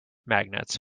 magnets